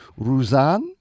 Ruzan